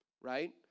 right